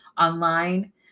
online